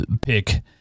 pick